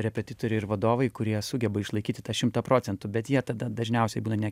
repetitoriai ir vadovai kurie sugeba išlaikyti tą šimtą procentų bet jie tada dažniausiai būna ne